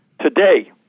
today